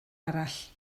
arall